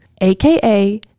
AKA